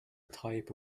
type